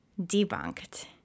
debunked